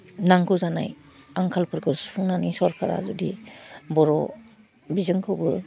नांगौ जानाय आंखालफोरखौ सुफुंनानै सरकारा जुदि बर' बिजोंखौबो